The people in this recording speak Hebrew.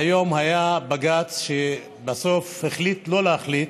והיום היה בג"ץ, שבסוף החליט לא להחליט,